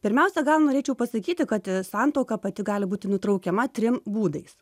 pirmiausia gal norėčiau pasakyti kad santuoka pati gali būti nutraukiama trim būdais